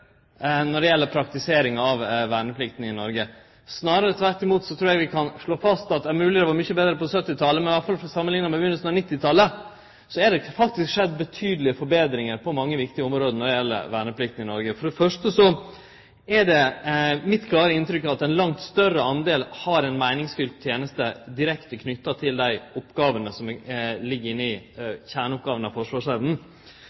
når det gjeld praktiseringa av verneplikta i Noreg. Snarare tvert imot trur eg vi kan slå fast at det er mogleg det var mykje betre på 1970-talet, men samanlikna med byrjinga av 1990-talet er det faktisk skjedd betydelege forbetringar på mange viktige område når det gjeld verneplikta i Noreg. Det er mitt klare inntrykk at ein langt større del har ei meiningsfylt teneste direkte knytt til dei oppgåvene som ligg i